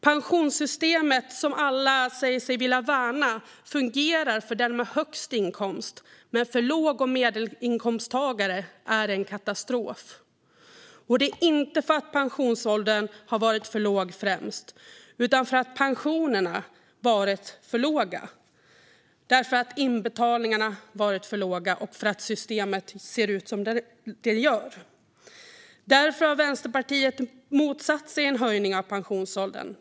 Pensionssystemet som alla säger sig vilja värna fungerar för den med högst inkomst, men för låg och medelinkomsttagare är det en katastrof. Och det är inte främst för att pensionsåldern har varit för låg utan för att pensionerna varit för låga, för att inbetalningarna varit för låga och för att systemet ser ut som det gör. Därför har Vänsterpartiet motsatt sig en höjning av pensionsåldern.